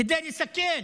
כדי לסכן